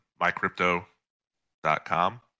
MyCrypto.com